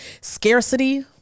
scarcity